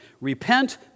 Repent